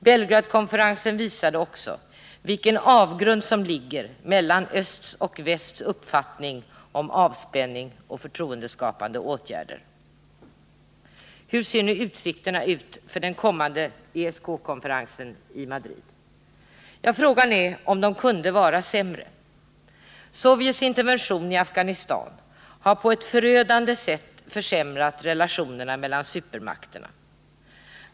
Belgradkonferensen visade också vilken avgrund som ligger mellan östs och västs uppfattningar om avspänning och förtroendeskapande åtgärder. Hur ser nu utsikterna ut för den kommande ESK-konferensen i Madrid? Ja, frågan är om de kunde vara sämre. Sovjets intervention i Afghanistan har på ett förödande sätt försämrat relationerna mellan supermakterna.